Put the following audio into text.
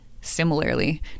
similarly